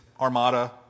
armada